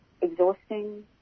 exhausting